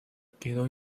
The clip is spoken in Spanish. quedó